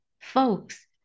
folks